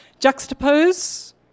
Juxtapose